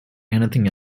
anything